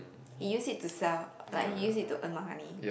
he use it to sell like he use it to earn money